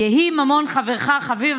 "יהי ממון חברך חביב